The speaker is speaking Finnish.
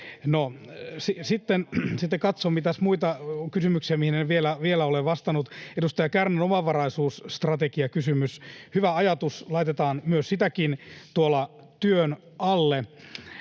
sitten katson, mitäs muita kysymyksiä on, mihin en vielä ole vastannut. Edustaja Kärnän omavaraisuusstrategiakysymys — hyvä ajatus, laitetaan myös sitäkin tuolla työn alle.